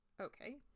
Okay